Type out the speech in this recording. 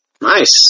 Nice